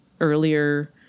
earlier